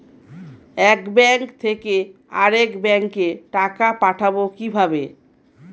এক ব্যাংক থেকে আরেক ব্যাংকে টাকা পাঠাবো কিভাবে?